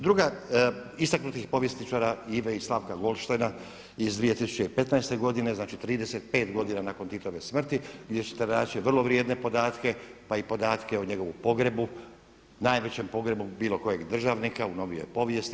Druga, istaknutih povjesničara Ive i Slavka Goldsteina iz 2015. godine, znači 35 godina nakon Titove smrti gdje ćete naći vrlo vrijedne podatke, pa i podatke o njegovu pogrebu najvećem pogrebu bilo kojeg državnika u novijoj povijesti.